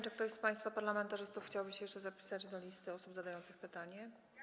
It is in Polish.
Czy ktoś z państwa parlamentarzystów chciałby jeszcze wpisać się na listę osób zadających pytania?